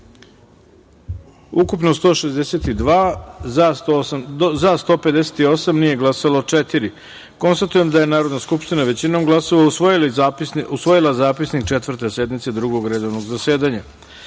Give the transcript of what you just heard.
ukupno - 162, za – 158, nije glasalo – četiri. Konstatujem da je Narodna skupština većinom glasova usvojila Zapisnik Četvrte sednice Drugog redovnog zasedanja. Stavljam